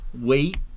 wait